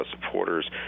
supporters